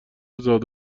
زاد